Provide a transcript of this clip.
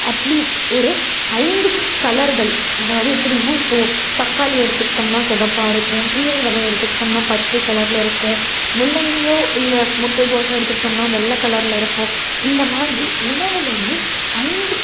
at least ஒரு ஐந்து கலர்கள் அதாவது எப்படின்னா இப்போது தக்காளி எடுத்துகிட்டோம்னா சிகப்பா இருக்கும் கீரை வகை எடுத்துகிட்டோம்னா பச்சை கலரில் இருக்கும் முள்ளங்கியோ இல்லை முட்டைகோஸோ எடுத்துகிட்டோம்னா வெள்ளை கலரில் இருக்கும் இந்தமாதிரி உணவுலேயே ஐந்து